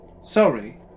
sorry